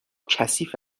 کثیف